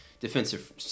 Defensive